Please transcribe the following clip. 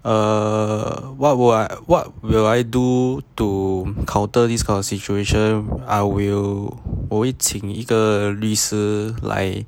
err what will what will I do to counter this kind of situation I will 我会请一个律师来 uh